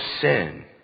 sin